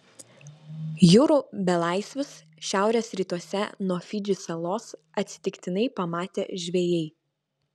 jūrų belaisvius šiaurės rytuose nuo fidžį salos atsitiktinai pamatė žvejai